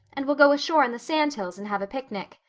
and we'll go ashore on the sandhills and have a picnic.